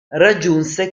raggiunse